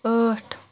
ٲٹھ